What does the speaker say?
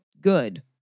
good